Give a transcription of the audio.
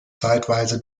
zeitweise